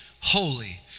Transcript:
holy